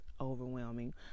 overwhelming